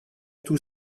tous